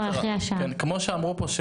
כמו שאמרו פה,